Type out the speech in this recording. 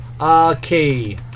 Okay